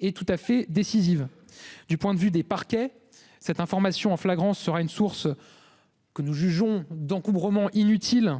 et tout à fait décisive du point de vue des parquets cette information en flagrance sera une source. Que nous jugeons d'encombrements inutiles